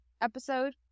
Episode